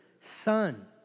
Son